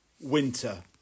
Winter